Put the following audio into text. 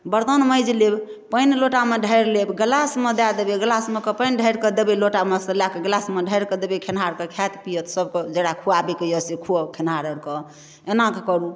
बरतन माँजि लेब पानि लोटामे ढारि लेब गिलासमे दऽ देबै गिलासमे कऽ पानि ढारिकऽ देबै लोटामेसँ लऽ कऽ गिलासमे ढारिकऽ देबै खेनिहारके खाएत पिअत सबके जकरा खुआबैके अइ से खुआउ खेनिहार आओरके एना कऽ करू